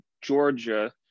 Georgia